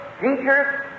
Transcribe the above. teachers